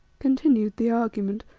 continued the argument,